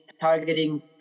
targeting